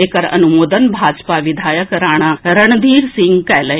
एकर अनुमोदन भाजपा विधायक राणा रणधीर सिंह कएलनि